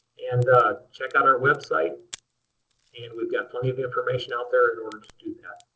and check out our website and we've got plenty of information out there in order to do that.